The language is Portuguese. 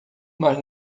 mas